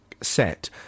set